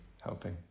helping